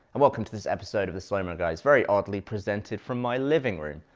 and welcome to this episode of the slow mo guys very oddly presented from my living room.